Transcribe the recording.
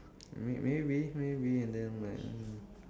maybe maybe and then like